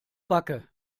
backe